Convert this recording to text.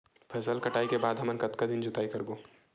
फसल कटाई के बाद हमन कतका दिन जोताई करबो?